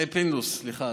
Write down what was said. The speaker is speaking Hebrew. פינדרוס, סליחה.